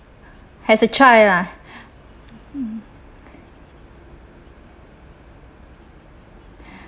as a child ah